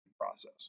process